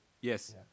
Yes